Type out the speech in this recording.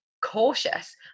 cautious